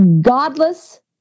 godless